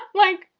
like,